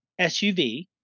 SUV